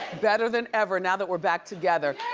better than ever now that we're back together.